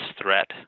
threat